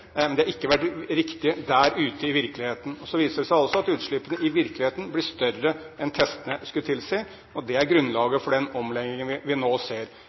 men de har ikke vært riktige der ute i virkeligheten. Så viser det seg at utslippene i virkeligheten blir større enn testene skulle tilsi, og det er grunnlaget for den omleggingen vi nå ser.